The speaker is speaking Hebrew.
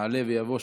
יעלה ויבוא.